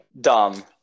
Dumb